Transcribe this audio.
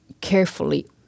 carefully